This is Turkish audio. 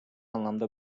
anlamda